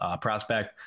prospect